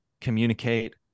communicate